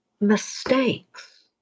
mistakes